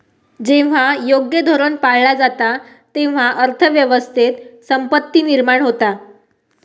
जेव्हा योग्य धोरण पाळला जाता, तेव्हा अर्थ व्यवस्थेत संपत्ती निर्माण होता